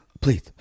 Please